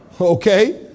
Okay